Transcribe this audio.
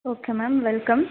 okay ma'am welcome